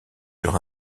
sur